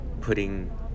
putting